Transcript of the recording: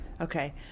Okay